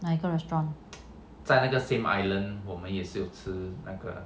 哪一个 restaurant